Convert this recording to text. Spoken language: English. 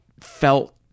felt